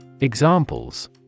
Examples